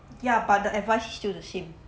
ya but the advice is still the same